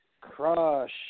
Crush